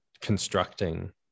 constructing